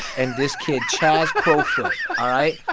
and this kid, chaz kofer all right?